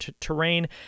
terrain